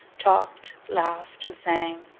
talked, laughed, and sang.